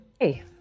Hey